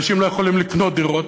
אנשים לא יכולים לקנות דירות,